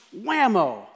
Whammo